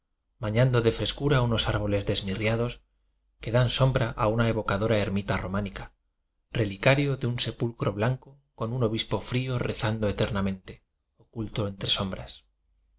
bañando de frescura unos árboles desmirriados que dan sombra a una evo cadora ermita románica relicario de un se pulcro blanco con un obispo frío rezando eternamente oculto entre sombras